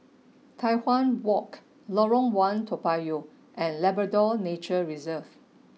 Tai Hwan Walk Lorong One Toa Payoh and Labrador Nature Reserve